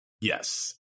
Yes